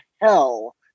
hell